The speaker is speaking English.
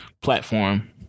platform